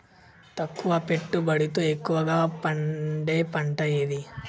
తక్కువ పెట్టుబడితో ఎక్కువగా పండే పంట ఏది?